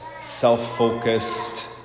self-focused